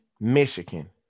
Michigan